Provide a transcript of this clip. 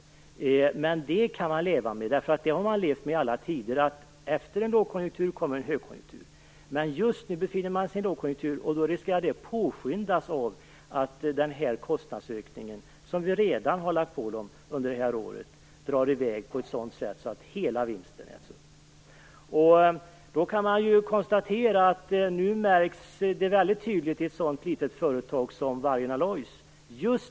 Men det kan man leva med. Man har i alla tider levt med detta, att efter en lågkonjunktur kommer en högkonjunktur. Men eftersom man just nu befinner sig i en lågkonjunktur finns risk att problemen förvärras av att den här kostnadsökningen, som vi redan har lagt på de här företagen, drar i väg på ett sådant sätt att hela vinsten äts upp. Detta märks väldigt tydligt i ett litet företag som Vargön Alloys.